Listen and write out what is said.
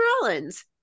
Rollins